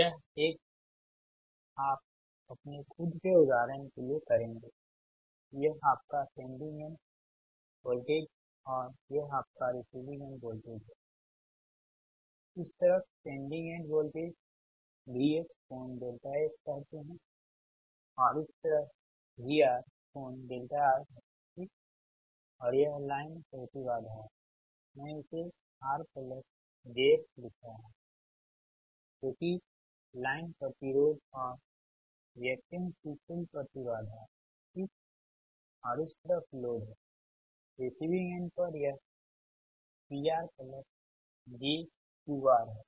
यह एक आप अपने खुद के उदाहरण के लिए करेंगेयह आपका सेंडिंग एंड वोल्टेज और यह आपका रिसीविंग एंड वोल्टेज है इस तरफ सेंडिंग एंड वोल्टेज VS∠S कहते हैं और इस तरफ VR∠R है ठीक और यह लाइन प्रति बाधा है मैं इसे r jx लिख रहा है जो कि लाइन प्रतिरोध और रियेक्टेंस की कुल प्रति बाधा है ठीक और इस तरफ लोड है रिसीविंग एंड पर यह PR j QR है